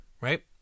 right